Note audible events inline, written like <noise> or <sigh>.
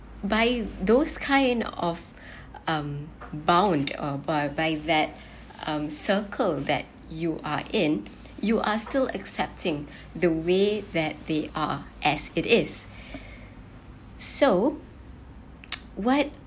by those kind of <breath> um bound uh by by that <breath> um circle that you are in you are still accepting the way that they are as it is <breath> so <noise> what